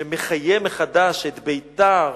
שמחיה מחדש את ביתר.